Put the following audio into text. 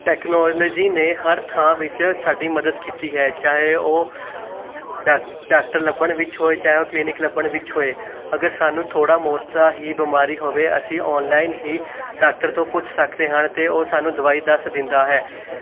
technology ਨੇ ਹਰ ਥਾਂ ਵਿੱਚ ਸਾਡੀ ਮਦਦ ਕੀਤੀ ਹੈ ਚਾਹੇ ਉਹ ਡਾ ਡਾਕਟਰ ਲੱਭਣ ਵਿੱਚ ਹੋਏ ਚਾਹੇ ਉਹ ਕਲੀਨਿਕ ਲੱਭਣ ਵਿੱਚ ਹੋਏ ਅਗਰ ਸਾਨੂੰ ਥੋੜਾ ਬਹੁਤਾ ਹੀ ਬਿਮਾਰੀ ਹੋਵੇ ਅਸੀਂ ਔਨਲਾਈਨ ਹੀ ਡਾਕਟਰ ਤੋਂ ਪੁੱਛ ਸਕਦੇ ਹਾਂ ਅਤੇ ਉਹ ਸਾਨੂੰ ਦਵਾਈ ਦੱਸ ਦਿੰਦਾ ਹੈ